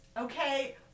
Okay